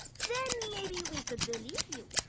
then maybe we could believe you.